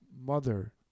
mother